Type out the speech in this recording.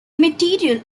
material